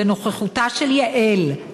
בנוכחותה של יעל,